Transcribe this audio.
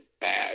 bad